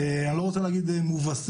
אני לא רוצה להגיד מובסים,